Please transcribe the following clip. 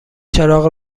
چراغ